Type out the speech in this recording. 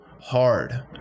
hard